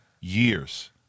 years